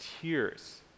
tears